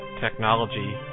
technology